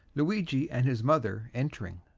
luigi and his mother entering.